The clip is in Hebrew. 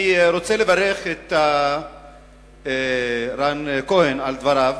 אני רוצה לברך את רם כהן על דבריו.